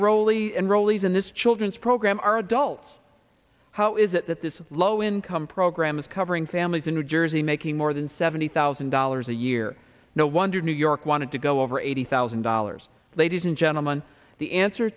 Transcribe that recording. a role e enrollees in this children's program are adults how is it that this low income program is covering families in new jersey making more than seventy thousand dollars a year no wonder new york wanted to go over eighty thousand dollars ladies and gentlemen the answer